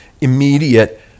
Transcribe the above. immediate